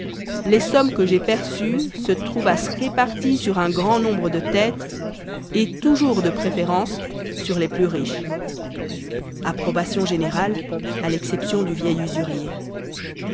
les sommes que j'ai perçues se trouvassent réparties sur un grand nombre de têtes et toujours de préférence sur les plus riches